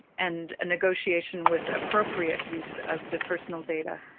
and a negotiation with appropriate use of the personal data.